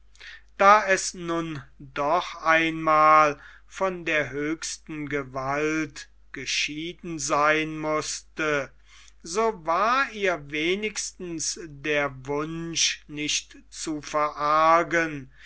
da es nun doch einmal von der höchsten gewalt geschieden sein mußte so war ihr wenigstens der wunsch nicht zu verargen